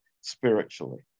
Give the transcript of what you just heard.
spiritually